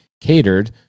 catered